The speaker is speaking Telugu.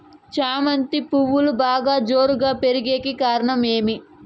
చామంతి పువ్వులు బాగా జోరుగా పెరిగేకి కారణం ఏమి?